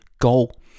goal